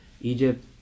Egypt